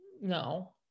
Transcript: no